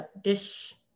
dish